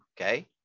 Okay